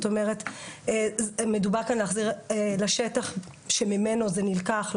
מדובר כאן להחזיר לשטח שממנו נלקחו,